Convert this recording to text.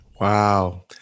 Wow